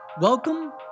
Welcome